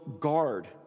guard